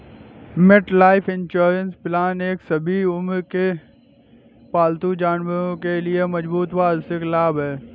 MetLife insurance plan एक सभी उम्र के पालतू जानवरों के लिए मजबूत वार्षिक लाभ है